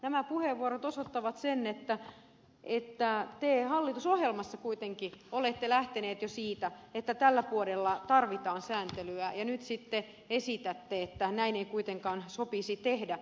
nämä puheenvuorot osoittavat sen että te hallitusohjelmassa kuitenkin olette lähteneet siitä että tällä puolella tarvitaan sääntelyä ja nyt sitten esitätte että näin ei kuitenkaan sopisi tehdä